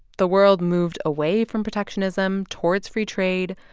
the world moved away from protectionism, towards free trade.